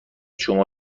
شما